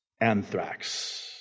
anthrax